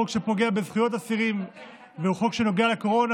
זה חוק שפוגע בזכויות אסירים וחוק שנוגע לקורונה,